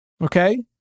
Okay